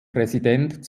präsident